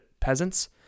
peasants